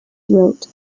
wrote